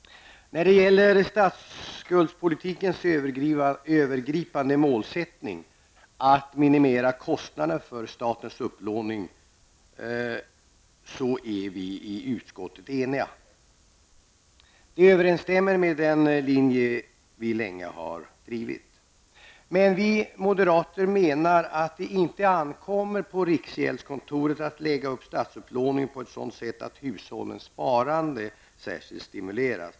När det gäller statsskuldspolitikens övergripande målsättning att minimera kostnaderna för statens upplåning är vi i utskottet eniga. Detta överensstämmer med den linje som vi moderater länge har drivit. Men vi moderater menar att det inte ankommer på riksgäldskontoret att lägga upp statsupplåningen på ett sådant sätt att hushållens sparande särskilt stimuleras.